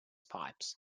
pipes